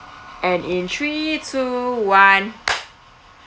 and in three two one